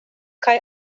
kaj